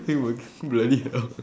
bloody hell